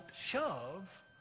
shove